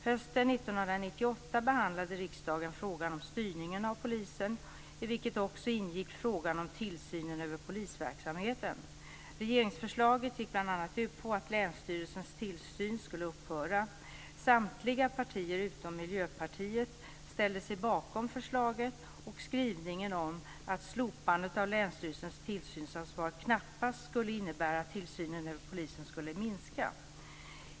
Hösten 1998 behandlade riksdagen frågan om styrningen av polisen i vilken också ingick frågan om tillsynen över polisverksamheten. Regeringsförslaget gick bl.a. ut på att länsstyrelsens tillsyn skulle upphöra. Samtliga partier, utom Miljöpartiet, ställde sig bakom förslaget och skrivningen om att slopandet av länsstyrelsens tillsynsansvar knappast skulle innebära att tillsynen över polisen skulle minska.